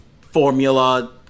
formula